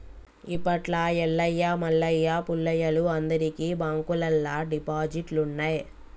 గిప్పట్ల ఎల్లయ్య మల్లయ్య పుల్లయ్యలు అందరికి బాంకుల్లల్ల డిపాజిట్లున్నయ్